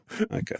Okay